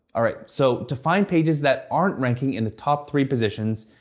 alright, so to find pages that aren't ranking in the top three positions,